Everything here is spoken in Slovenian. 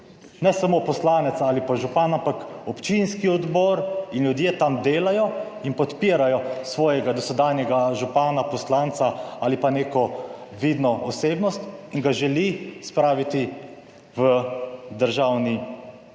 ne samo poslanec ali pa župan, ampak občinski odbor in ljudje tam delajo in podpirajo svojega dosedanjega župana, poslanca ali pa neko vidno osebnost in ga želi spraviti v Državni zbor.